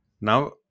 Now